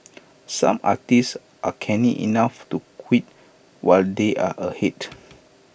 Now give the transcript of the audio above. some artists are canny enough to quit while they are ahead